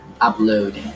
upload